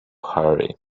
hurry